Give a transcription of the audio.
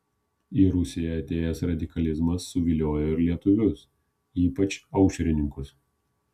į rusiją atėjęs radikalizmas suviliojo ir lietuvius ypač aušrininkus